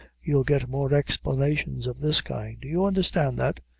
you'll get more explanations of this kind. do you understand that?